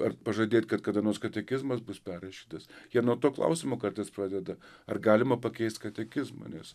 ar pažadėt kad kada nors katekizmas bus perrašytas jie nuo tuo klausimo kartais pradeda ar galima pakeist katekizmą nes